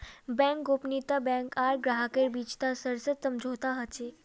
bank गोपनीयता bank आर ग्राहकेर बीचत सशर्त समझौता ह छेक